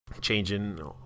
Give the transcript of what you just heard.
Changing